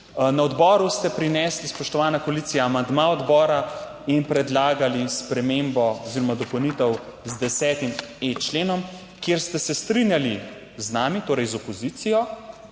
Na odboru ste prinesli, spoštovana koalicija, amandma odbora in predlagali spremembo oziroma dopolnitev z 10.e členom, kjer ste se strinjali z nami, torej z opozicijo,